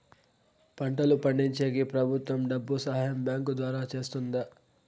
పంటలు పండించేకి ప్రభుత్వం డబ్బు సహాయం బ్యాంకు ద్వారా చేస్తుందా?